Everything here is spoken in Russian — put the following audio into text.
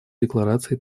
декларации